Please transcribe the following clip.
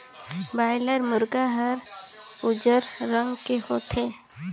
boiler मुरगा हर उजर रंग के होथे